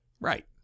Right